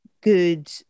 good